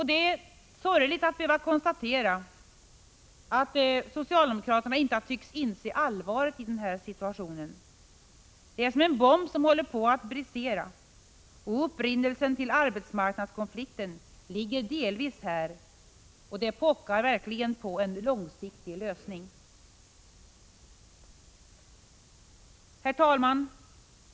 Det är sorgligt att behöva konstatera att socialdemokraterna inte tycks ha insett allvaret i denna situation. Det är som en bomb som håller på att brisera. Upprinnelsen till arbetsmarknadskonflikten ligger delvis här, och läget pockar på en långsiktig lösning. Herr talman!